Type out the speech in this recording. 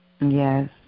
Yes